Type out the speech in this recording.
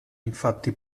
infatti